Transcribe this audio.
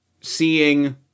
seeing